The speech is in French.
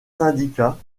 syndicats